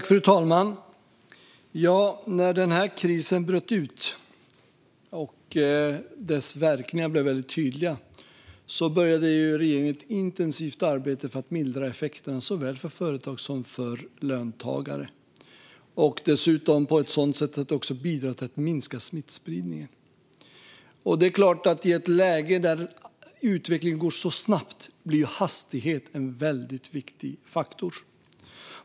Fru talman! När den här krisen bröt ut och dess verkningar blev tydliga började regeringen ett intensivt arbete för att mildra effekterna för såväl företag som löntagare, dessutom på ett sådant sätt att det bidrar till att minska smittspridningen. I ett läge där utvecklingen går så snabbt blir hastighet en väldigt viktig faktor.